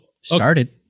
Started